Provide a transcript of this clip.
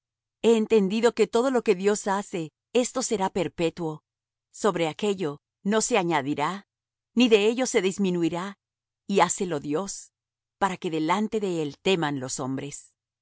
he entendido que todo lo que dios hace ésto será perpetuo sobre aquello no se añadirá ni de ello se disminuirá y hácelo dios para que delante de él teman los hombres